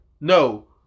No